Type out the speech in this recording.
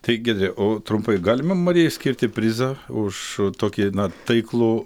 tai giedre o trumpai galima marijai skirti prizą už tokį na taiklų